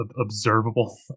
observable